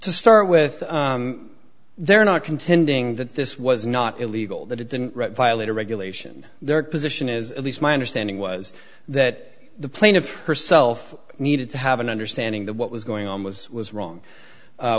to start with they're not contending that this was not illegal that it didn't violate a regulation their position is at least my understanding was that the plaintiff herself needed to have an understanding that what was going on was was wrong